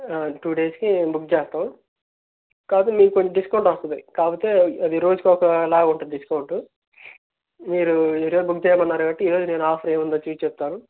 two డేస్కి book చేస్తాం కాకపోతే మీక్కొంచెం డిస్కౌంట్ వస్తుంది కాకపోతే అది రోజుకొకలాగ ఉంటుంది డిస్కౌంటు మీరు ఈ రోజు బుక్ చేయమన్నారు కాబట్టి ఈ రోజు నేను ఆఫర్ ఏముందో చూసి చెప్తాను